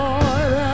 Lord